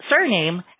surname